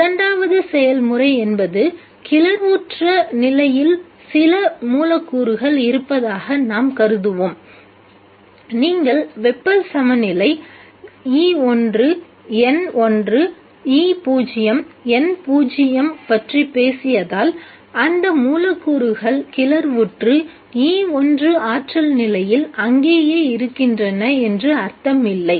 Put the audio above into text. இரண்டாவது செயல்முறை என்பது கிளர்வுற்ற நிலையில் சில மூலக்கூறுகள் இருப்பதாக நாம் கருதுவோம் நீங்கள் வெப்ப சமநிலை E₁ N₁ E₀ N₀ பற்றி பேசியதால் அந்த மூலக்கூறுகள் கிளர்வுற்று E₁ ஆற்றல் நிலையில் அங்கேயே இருக்கின்றன என்று அர்த்தம் இல்லை